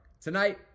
tonight